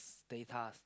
data's